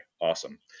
awesome